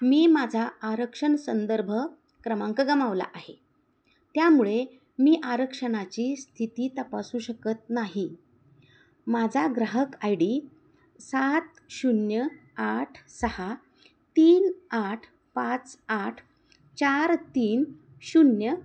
मी माझा आरक्षण संदर्भ क्रमांक गमावला आहे त्यामुळे मी आरक्षणाची स्थिती तपासू शकत नाही माझा ग्राहक आय डी सात शून्य आठ सहा तीन आठ पाच आठ चार तीन शून्य